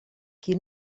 qui